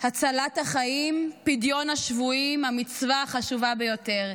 הצלת החיים, פדיון השבויים, המצווה החשובה ביותר,